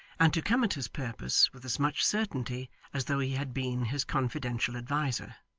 and to come at his purpose with as much certainty as though he had been his confidential adviser.